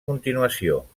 continuació